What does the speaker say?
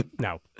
No